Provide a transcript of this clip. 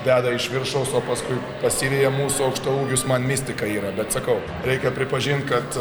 deda iš viršaus o paskui pasiveja mūsų aukštaūgius man mistika yra bet sakau reikia pripažint kad